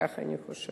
כך אני חושבת.